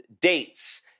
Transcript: dates